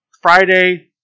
Friday